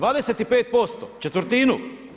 25%, četvrtinu.